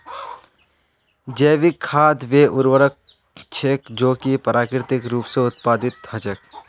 जैविक खाद वे उर्वरक छेक जो कि प्राकृतिक रूप स उत्पादित हछेक